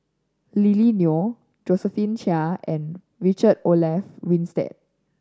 Lily Neo Josephine Chia and Richard Olaf Winstedt